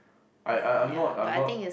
I I I'm not I'm not